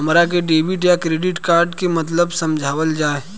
हमरा के डेबिट या क्रेडिट कार्ड के मतलब समझावल जाय?